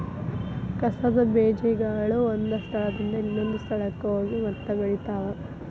ಕಸದ ಬೇಜಗಳು ಒಂದ ಸ್ಥಳದಿಂದ ಇನ್ನೊಂದ ಸ್ಥಳಕ್ಕ ಹೋಗಿ ಮತ್ತ ಬೆಳಿತಾವ